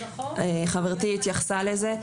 חברתי התייחסה לזה.